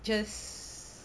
just